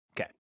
Okay